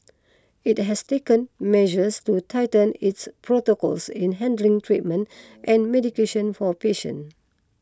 it has taken measures to tighten its protocols in handling treatment and medication for patient